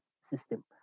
system